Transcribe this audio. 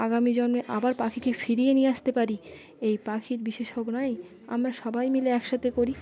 আগামী জন্মে আবার পাখিকে ফিরিয়ে নিয়ে আসতে পারি এই পাখির আমরা সবাই মিলে একসাথে করি